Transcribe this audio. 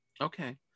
okay